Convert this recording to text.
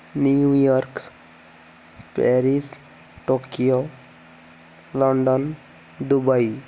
New York Paris Tokyo London Dubai